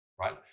right